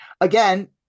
again